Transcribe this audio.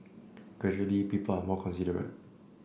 gradually people are more considerate